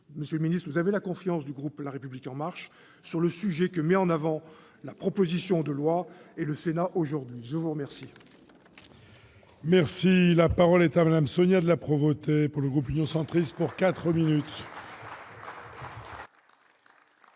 Monsieur le ministre, vous avez la confiance du groupe La République En Marche sur le sujet que mettent en avant la proposition de loi et le Sénat aujourd'hui. La parole